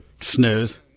Snooze